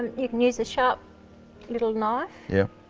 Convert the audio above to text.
you can use a sharp little knife yep.